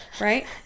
right